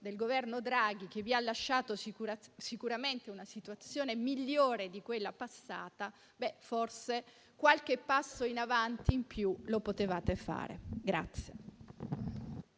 come quello Draghi, che vi ha lasciato sicuramente una situazione migliore di quella passata. Ebbene, forse qualche passo in avanti in più lo potevate fare. **Saluto